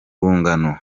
rungano